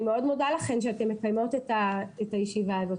אני מאוד מודה לכן שאתן מקיימות את הישיבה הזאת.